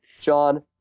John